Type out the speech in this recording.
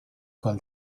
call